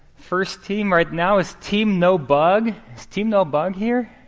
first team right now is team no bug. is team no bug here?